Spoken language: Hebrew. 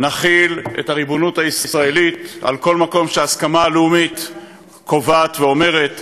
נחיל את הריבונות הישראלית על כל מקום שההסכמה הלאומית קובעת ואומרת,